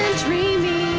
dreamy